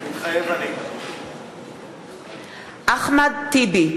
מתחייב אני אחמד טיבי,